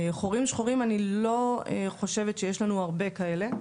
חורים שחורים אני לא חושבת שיש לנו הרבה כאלה.